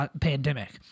pandemic